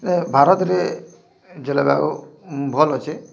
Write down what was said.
ଭାରତରେ ଜଳବାୟୁ ଭଲ୍ ଅଛେ